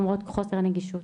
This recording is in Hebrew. למרות חוסר הנגישות?